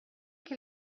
che